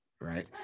right